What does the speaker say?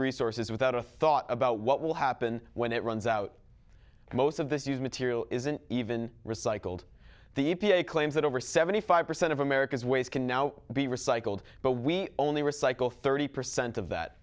resources without a thought about what will happen when it runs out most of this year's material isn't even recycled the e p a claims that over seventy five percent of america's ways can now be recycled but we only recycle thirty percent of that